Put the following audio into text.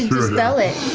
dispel it?